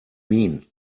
mean